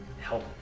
help